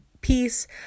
Peace